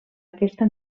aquesta